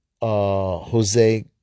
Jose